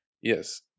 Yes